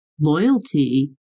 loyalty